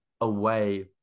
away